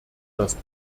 das